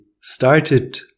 started